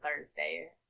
Thursday